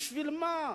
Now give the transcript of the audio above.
בשביל מה?